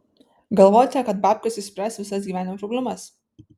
galvojate kad babkės išspręs visas gyvenimo problemas